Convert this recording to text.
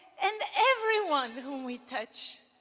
and everyone whom we touch.